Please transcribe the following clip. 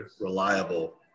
reliable